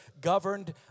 Governed